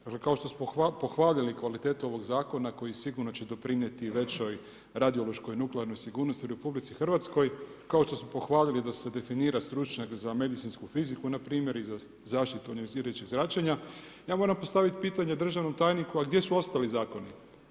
Dakle kao što ste pohvalili kvalitetu ovog zakona koji sigurno će doprinijeti većoj radiološkoj nuklearnoj sigurnosti u RH, kao što su pohvalili da se definira stručnjak za medicinsku fiziku npr. i za zaštitu od ionizirajućeg zračenja, ja moram postaviti pitanje državnom tajniku, a gdje su ostali zakoni.